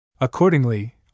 Accordingly